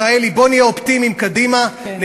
עשו כמה צעדים.